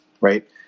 right